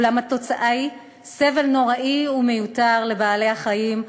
אולם התוצאה היא סבל נוראי ומיותר לבעלי-החיים,